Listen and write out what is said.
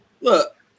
look